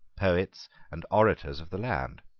poets, and orators of the land,